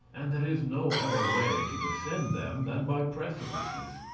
and there is no other way to descend them than by precipices.